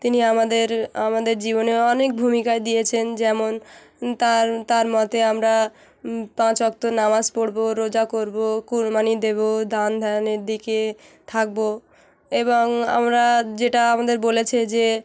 তিনি আমাদের আমাদের জীবনে অনেক ভূমিকা দিয়েছেন যেমন তার তার মতে আমরা পাঁচ অক্ত নামাজ পড়ব রোজা করব কুরবানি দেব দান ধ্যানের দিকে থাকব এবং আমরা যেটা আমাদের বলেছে যে